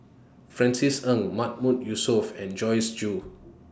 Francis Ng Mahmood Yusof and Joyce Jue